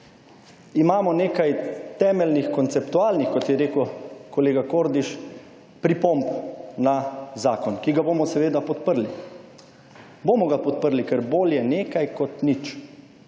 imamo nekaj temeljnih konceptualnih, kot je rekel kolega Kordiš, pripomb na zakon, ki ga bomo seveda podprli. Bomo ga podprli, ker bolje nekaj kot nič.